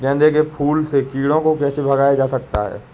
गेंदे के फूल से कीड़ों को कैसे भगाया जा सकता है?